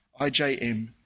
IJM